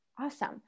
Awesome